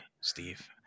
steve